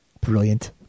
Brilliant